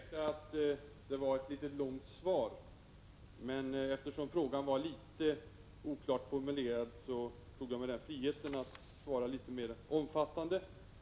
Herr talman! Jörn Svensson får ursäkta att mitt svar var ganska långt. Eftersom frågan var något oklart formulerad tog jag mig friheten att göra svaret litet mer omfattande.